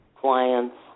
clients